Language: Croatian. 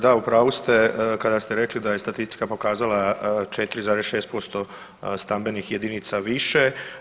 Da, u pravu ste kada ste rekli da je statistika pokazala 4,6% stambenih jedinica više.